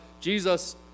Jesus